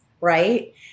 right